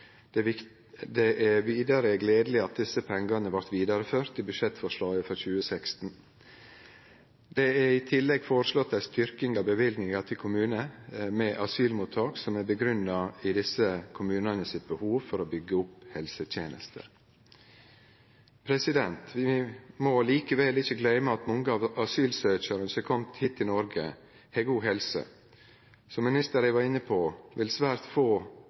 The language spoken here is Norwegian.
Det er vidare gledeleg at desse pengane vart vidareført i budsjettforslaget for 2016. Det er i tillegg foreslått ei styrking av løyvinga til kommunar med asylmottak, som er grunngjeve i desse kommunane sitt behov for å byggje opp helsetenester. Vi må likevel ikkje gløyme at mange av asylsøkjarane som har kome hit til Noreg, har god helse. Som ministeren var inne på, vil svært få